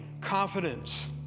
confidence